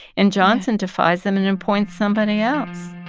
and johnson defies them and appoints somebody else